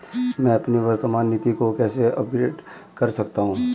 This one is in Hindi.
मैं अपनी वर्तमान नीति को कैसे अपग्रेड कर सकता हूँ?